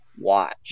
watch